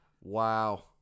Wow